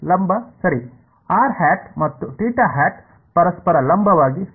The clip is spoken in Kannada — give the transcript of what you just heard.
ಲಂಬ ಸರಿ r̂ ಮತ್ತು θ̂ ಪರಸ್ಪರ ಲಂಬವಾಗಿ ಸರಿ